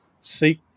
seek